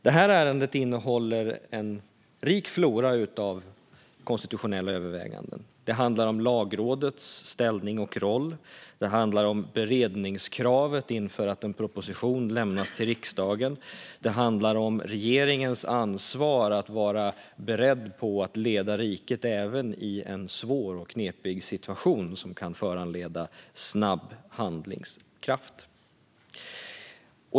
Det här ärendet innehåller en rik flora av konstitutionella överväganden. Det handlar om Lagrådets ställning och roll, det handlar om beredningskravet inför att en proposition lämnas till riksdagen och det handlar om regeringens ansvar att vara beredd på att leda riket även i en svår och knepig situation som kan kräva snabb handlingskraft.